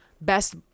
best